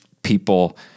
People